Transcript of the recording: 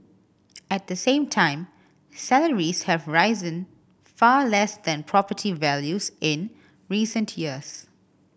at the same time salaries have risen far less than property values in recent years